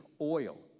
oil